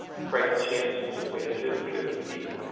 frank chance was their manager that peerless leader.